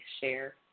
share